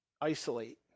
isolate